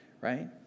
right